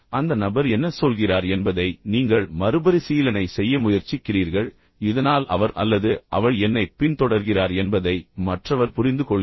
அந்த நபர் என்ன சொல்கிறார் என்பதை நீங்கள் மறுபரிசீலனை செய்ய முயற்சிக்கிறீர்கள் இதனால் அவர் அல்லது அவள் என்னைப் பின்தொடர்கிறார்கள் என்பதை மற்றவர் புரிந்துகொள்கிறார்